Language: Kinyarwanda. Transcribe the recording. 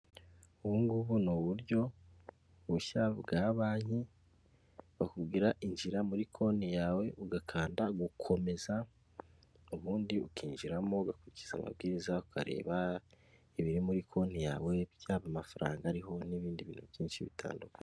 Ubu ngubu ni uburyo bushya bwa banki, bakubwira injira muri konti yawe ugakanda gukomeza, ubundi ukinjiramo ugakurikiza amabwiriza ukareba ibiri muri konti yawe byaba amafaranga ariho n'ibindi bintu byinshi bitandukanye.